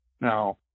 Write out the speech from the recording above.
Now